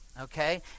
okay